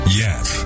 yes